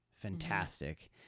fantastic